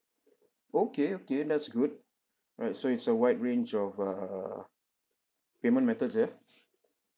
okay okay that's good alright so it's a wide range of err payment methods yeah